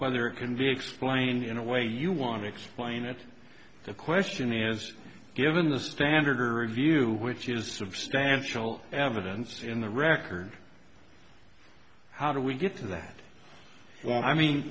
whether convex plane in a way you want to explain it the question is given the standard or review which is substantial evidence in the record how do we get to that one i mean